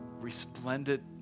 resplendent